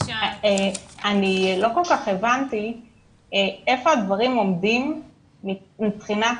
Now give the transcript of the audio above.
אני לא כל כך הבנתי היכן הדברים עומדים מבחינת